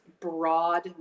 broad